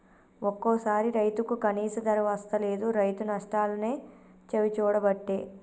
ఒక్కోసారి రైతుకు కనీస ధర వస్తలేదు, రైతు నష్టాలనే చవిచూడబట్టే